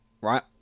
right